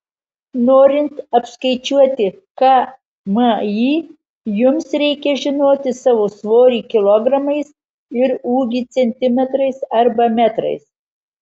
norint apskaičiuoti kmi jums reikia žinoti savo svorį kilogramais ir ūgį centimetrais arba metrais